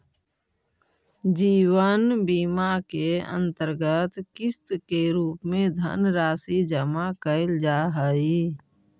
जीवन बीमा के अंतर्गत किस्त के रूप में धनराशि जमा कैल जा हई